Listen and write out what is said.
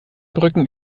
brücken